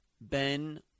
Ben